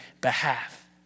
behalf